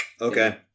Okay